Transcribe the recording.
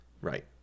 Right